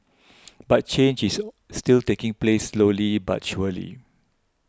but change is still taking place slowly but surely